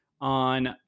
on